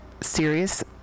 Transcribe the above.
serious